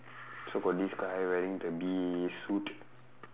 so got this guy wearing the bee suit